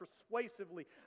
persuasively